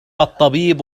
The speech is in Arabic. الطبيب